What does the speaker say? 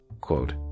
quote